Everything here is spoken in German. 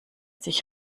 sich